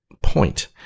point